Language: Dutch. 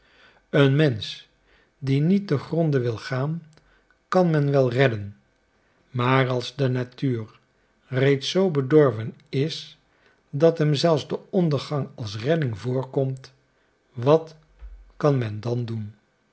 een mensch die niet te gronde wil gaan kan men wel redden maar als de natuur reeds zoo bedorven is dat hem zelfs de ondergang als redding voorkomt wat kan men dan doen